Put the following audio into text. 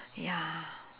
ya